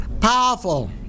Powerful